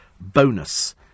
bonus